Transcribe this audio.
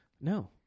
No